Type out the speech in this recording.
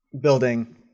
building